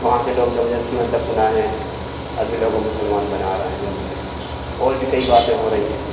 वहाँ के लोग जबरदस्ती मतलब सुना है आदमी लोगों को मुसलमान बना रहे हैं हिन्दू से और भी कई बातें हो रही हैं